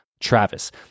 Travis